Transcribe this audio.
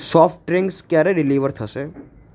soft drinks ક્યારે deliver થશે